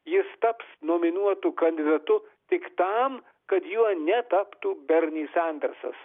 jis taps nominuotu kandidatu tik tam kad juo netaptų berni sandersas